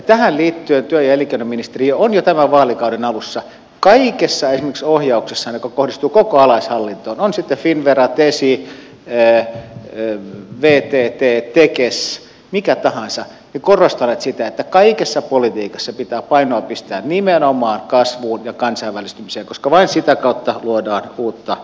tähän liittyen työ ja elinkeinoministeriö on jo tämän vaalikauden alussa kaikessa esimerkiksi ohjauksessa mikä kohdistuu koko alaishallintoon on se sitten finnvera tesi vtt tekes mikä tahansa korostanut sitä että kaikessa politiikassa pitää painoa pistää nimenomaan kasvuun ja kansainvälistymiseen koska vain sitä kautta luodaan uutta lisäarvoa kansakuntaan